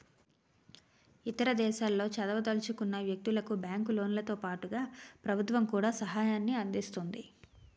ఇతర దేశాల్లో చదవదలుచుకున్న వ్యక్తులకు బ్యాంకు లోన్లతో పాటుగా ప్రభుత్వం కూడా సహాయాన్ని అందిస్తుంది